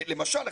למשל,